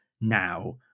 now